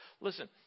Listen